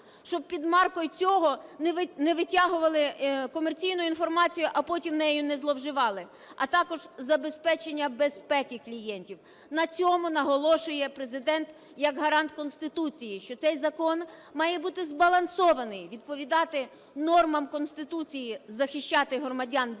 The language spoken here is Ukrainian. щоб під маркою цього не витягували комерційну інформацію, а потім нею не зловживали. А також забезпечення безпеки клієнтів, на цьому наголошує Президент як гарант Конституції, що цей закон має бути збалансований, відповідати нормам Конституції захищати громадян від